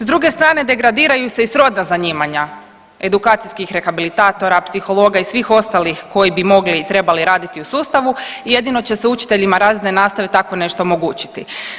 S druge strane degradiraju se i srodna zanimanja edukacijskih rehabilitatora, psihologa i svih ostalih koji bi mogli i trebali raditi u sustavu, jedino će se učiteljima razredne nastave tako nešto omogućiti.